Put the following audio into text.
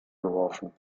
geworfen